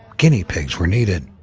guinea pigs were needed.